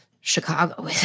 Chicago